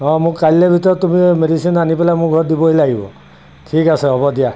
অঁ মোক কাইলৈ ভিতৰত তুমি মেডিচিন আনি পেলাই মোৰ ঘৰত দিবহি লাগিব ঠিক আছে হ'ব দিয়া